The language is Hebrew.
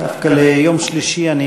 דווקא ליום שלישי,